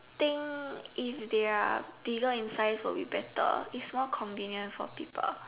thing if they're bigger in size will be better is more convenient for people